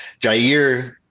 jair